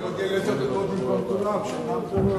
תן לי עשר דקות במקום כולם שאינם כאן.